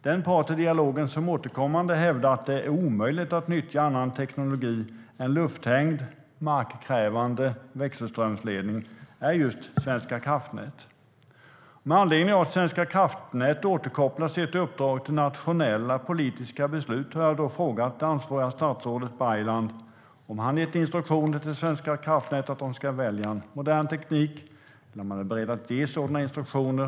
Den part i dialogen som återkommande hävdar att det är omöjligt att nyttja annan teknologi än lufthängd markkrävande växelströmsledning är just Svenska kraftnät. Med anledning av att Svenska kraftnät återkopplar sitt uppdrag till nationella politiska beslut har jag frågat det ansvariga statsrådet Baylan om han har gett instruktioner till Svenska kraftnät om att välja modern teknik eller om han är beredd att ge sådana instruktioner.